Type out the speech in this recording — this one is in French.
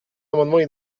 amendements